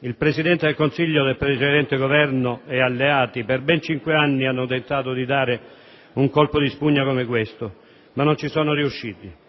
Il Presidente del Consiglio del precedente Governo e i suoi alleati per ben cinque anni hanno tentato di dare un colpo di spugna come questo, ma non vi sono riusciti: